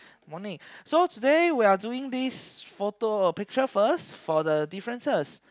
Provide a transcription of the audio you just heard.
morning so today we're doing this photo or picture first for the differences